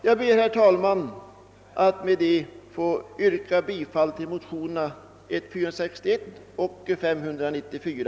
Jag ber, herr talman, att få yrka bifall till motionerna I: 461 och II: 594.